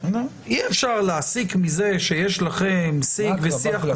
אי אפשר להסיק מזה שיש לכם סיג ושיח,